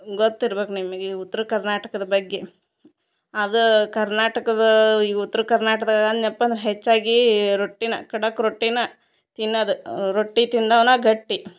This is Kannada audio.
ಗೊತ್ತಿರ್ಬೇಕು ನಿಮಗೆ ಉತ್ರ ಕರ್ನಾಟಕದ ಬಗ್ಗೆ ಅದು ಕರ್ನಾಟಕದಾ ಉತ್ರ ಕರ್ನಾಟಕದ ಅನ್ಯಪ್ಪಂದ್ರ ಹೆಚ್ಚಾಗಿ ರೊಟ್ಟಿನ ಖಡಕ್ ರೊಟ್ಟಿನ ತಿನ್ನದು ರೊಟ್ಟಿ ತಿಂದವನ ಗಟ್ಟಿ